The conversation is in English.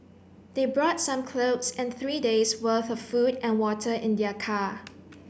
they brought some clothes and three days' worth of food and water in their car